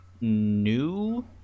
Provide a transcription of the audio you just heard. new